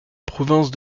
province